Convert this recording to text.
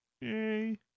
Yay